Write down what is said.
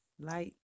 Light